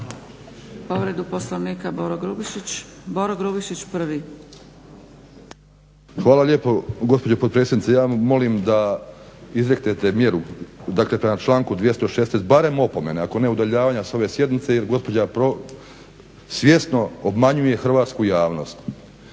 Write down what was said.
Povredu Poslovnika, Boro Grubišić, prvi. **Grubišić, Boro (HDSSB)** Hvala lijepo gospođo potpredsjednice. Ja molim da izreknete mjeru dakle prema članku 216., barem opomene ako ne udaljavanja s ove sjednice jer gospođa svjesno obmanjuje hrvatsku javnost.